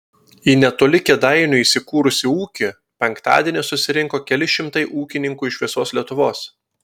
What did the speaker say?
į netoli kėdainių įsikūrusį ūkį penktadienį susirinko keli šimtai ūkininkų iš visos lietuvos